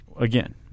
Again